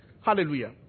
Hallelujah